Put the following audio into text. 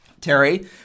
Terry